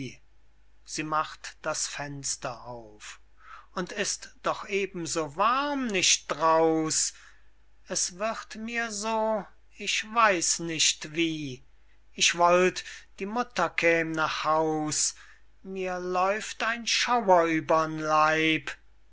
und ist doch eben so warm nicht drauß es wird mir so ich weiß nicht wie ich wollt die mutter käm nach haus mir läuft ein schauer über'n leib